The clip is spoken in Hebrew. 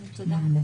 תודה.